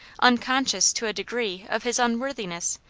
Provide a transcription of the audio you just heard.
unconscious to a degree of his un worthiness,